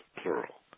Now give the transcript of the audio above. plural